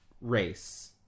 race